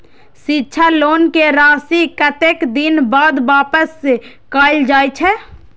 शिक्षा लोन के राशी कतेक दिन बाद वापस कायल जाय छै?